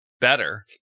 better